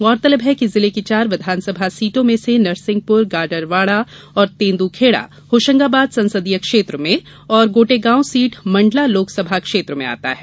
गौरतलब है कि जिले की चार विधानसभा सीटों में से नरसिंहपुर गाडरवाढ़ा और तेंद्खेड़ा होशंगाबाद संसदीय क्षेत्र में और गोटेगांव सीट मंडला लोकसभा क्षेत्र में आता है